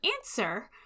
answer